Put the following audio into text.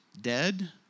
dead